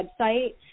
website